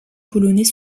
polonais